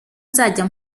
nzajya